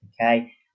okay